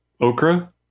Okra